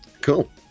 cool